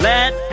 Let